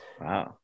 wow